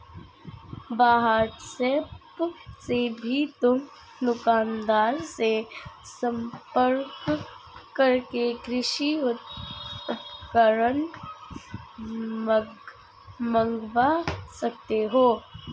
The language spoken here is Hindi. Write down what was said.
व्हाट्सएप से भी तुम दुकानदार से संपर्क करके कृषि उपकरण मँगवा सकते हो